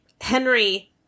Henry